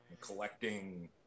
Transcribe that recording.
collecting